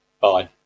Bye